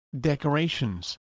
Decorations